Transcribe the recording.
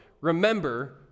remember